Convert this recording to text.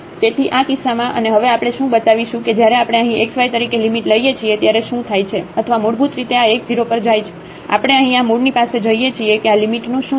તેથી આ કિસ્સામાં અને હવે આપણે શું બતાવીશું કે જ્યારે આપણે અહીં xy તરીકે લિમિટ લઈએ છીએ ત્યારે શું થાય છે અથવા મૂળભૂત રીતે આ x 0 પર જાય છે આપણે અહીં આ મૂળની પાસે જઈએ છીએ કે આ લિમિટનું શું થશે